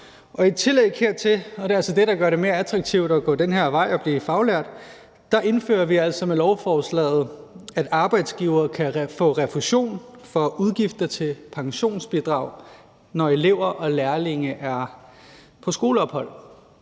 i tillæg hertil – og det er altså det, der gør det mere attraktivt at gå den her vej og blive faglært – indfører vi med lovforslaget, at arbejdsgivere kan få refusion for udgifter til pensionsbidrag, når elever og lærlinge er på skoleophold.